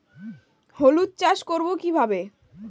হলুদ চাষ করব কিভাবে?